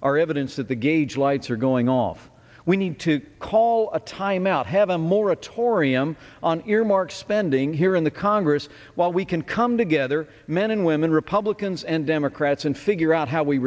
are evidence that the gauge lights are going off we need to call a timeout have a moratorium on earmarks spending here in the congress while we can come together men and women republicans and democrats and figure out how we